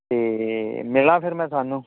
ਅਤੇ ਮਿਲਾ ਫਿਰ ਮੈਂ ਤੁਹਾਨੂੰ